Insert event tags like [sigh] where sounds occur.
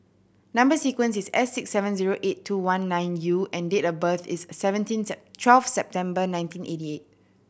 number sequence is S six seven zero eight two one nine U and date of birth is thirteen [unintelligible] twelve September nineteen eighty eight